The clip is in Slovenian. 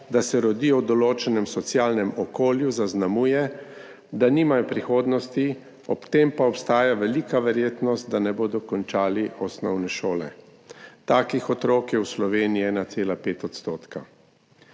da se rodijo v določenem socialnem okolju, zaznamuje, da nimajo prihodnosti, ob tem pa obstaja velika verjetnost, da ne bodo končali osnovne šole. Takih otrok je v Sloveniji 1,5 %.